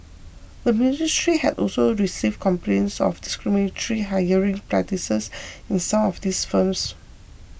the ministry had also received complaints of discriminatory hiring practices in some of these firms